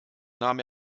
nahm